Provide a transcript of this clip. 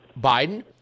Biden